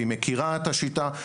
והיא מכירה את השיטה,